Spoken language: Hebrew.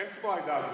אין כמו העדה הדרוזית.